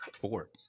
Four